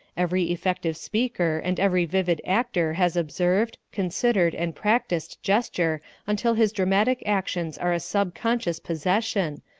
every effective speaker and every vivid actor has observed, considered and practised gesture until his dramatic actions are a sub-conscious possession,